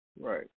Right